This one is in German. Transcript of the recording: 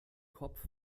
kopf